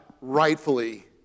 rightfully